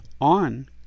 on